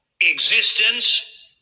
existence